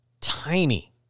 tiny